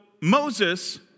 Moses